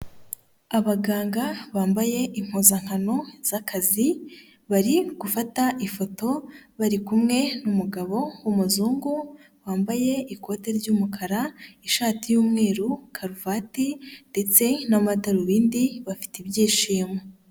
Abaganga bambaye impuzankano z'akazi bari gufata ifoto bari kumwe n'umugabo w'umuzungu wambaye ikote ry'umukara, ishati y'umweru, karuvati ndetse n'amadarubindi bafite ibyishimo.